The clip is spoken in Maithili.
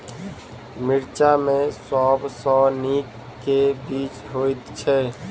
मिर्चा मे सबसँ नीक केँ बीज होइत छै?